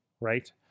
right